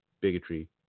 bigotry